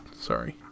Sorry